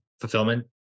Fulfillment